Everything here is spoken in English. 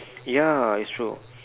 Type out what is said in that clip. ya it's true